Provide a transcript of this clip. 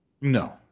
No